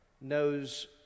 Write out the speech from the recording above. knows